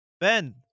Ben